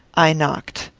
i knocked.